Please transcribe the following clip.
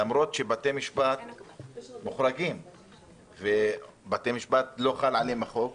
למרות שבתי המשפט כן מוחרגים והם כן עובדים.